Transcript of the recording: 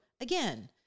again